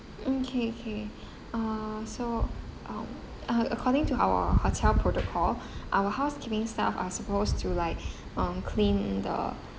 mm K K uh so um uh according to our hotel protocol our housekeeping staff are supposed to like um clean the